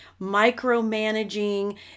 micromanaging